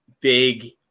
big